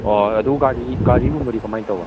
ꯑꯣ ꯑꯗꯨ ꯒꯥꯔꯤ ꯒꯥꯔꯤꯒꯨꯝꯕꯗꯤ ꯀꯃꯥꯏ ꯇꯧꯕ